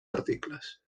articles